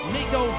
Nico